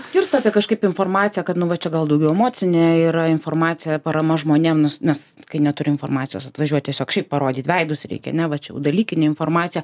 skirstote kažkaip informaciją kad nu va čia gal daugiau emocinė yra informacija parama žmonėms nes kai neturi informacijos atvažiuoji tiesiog šiaip parodyti veidus reikia ne va čia jau dalykinė informacija